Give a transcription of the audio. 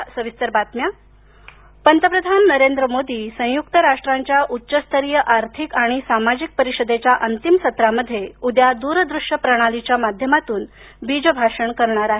मोदी भाषण पंतप्रधान नरेंद्र मोदी संयुक राष्ट्रांच्या उच्चस्तरीय आर्थिक आणि सामाजिक परिषदेच्या अंतिम सत्रामध्ये उद्या द्रदृश्य प्रणालीच्या माध्यमातून बीजभाषण करणार आहेत